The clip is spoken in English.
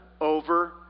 over